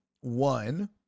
One